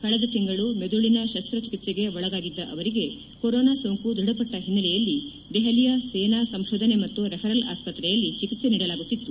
ಕಳೆದ ತಿಂಗಳು ಮೆದುಳಿನ ಶಸ್ತ್ರಚಿಕಿತ್ಸೆಗೆ ಒಳಗಾಗಿದ್ದ ಅವರಿಗೆ ಕೊರೋನಾ ಸೋಂಕು ದೃಢಪಟ್ನ ಹಿನ್ನೆಲೆಯಲ್ಲಿ ದೆಹಲಿಯ ಸೇನಾ ಸಂಶೋಧನೆ ಮತ್ತು ರೆಫರಲ್ ಆಸ್ಸತ್ರೆಯಲ್ಲಿ ಚಿಕಿತ್ಸೆ ನೀಡಲಾಗುತ್ತಿತ್ತು